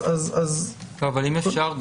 אז --- אבל אם אפשר,